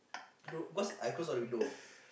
th~ cause I close all the window